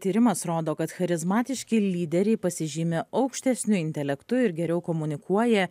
tyrimas rodo kad charizmatiški lyderiai pasižymi aukštesniu intelektu ir geriau komunikuoja